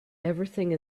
everything